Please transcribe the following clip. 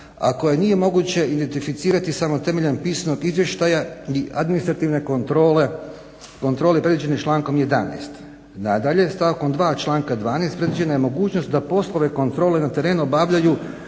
a koja nije moguće identificirati samo temeljem pisanog izvještaja i administrativne kontrole predviđene člankom 11. Nadalje, stavkom 2.članka 12.predviđena je mogućnost da poslove kontrole na terenu obavljaju